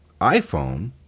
iPhone